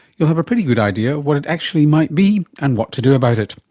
you'll have a pretty good idea of what it actually might be and what to do about it.